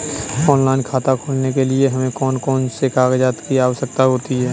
Online खाता खोलने के लिए हमें कौन कौन से कागजात की आवश्यकता होती है?